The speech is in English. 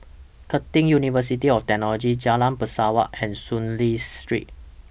Curtin University of Technology Jalan Pesawat and Soon Lee Street